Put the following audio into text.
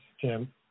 Jim